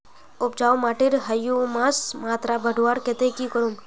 उपजाऊ माटिर ह्यूमस मात्रा बढ़वार केते की करूम?